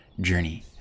journey